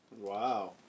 Wow